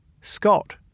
Scott